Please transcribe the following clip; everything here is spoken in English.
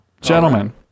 gentlemen